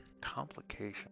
Complication